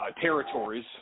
territories